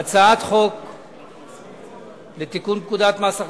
הצעת החוק הזאת היא הצעת חוק מעניינת,